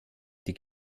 die